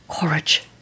courage